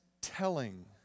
telling